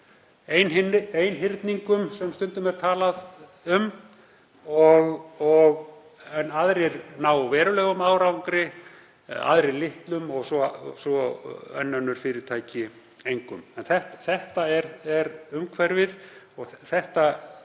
einhyrningum sem stundum er talað um. Aðrir ná verulegum árangri, aðrir litlum og svo enn önnur fyrirtæki engum. En þetta er umhverfið og við